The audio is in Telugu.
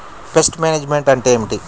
పెస్ట్ మేనేజ్మెంట్ అంటే ఏమిటి?